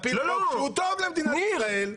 שהוא טוב למדינת ישראל,